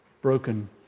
broken